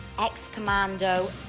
ex-commando